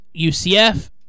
UCF